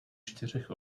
čtyřech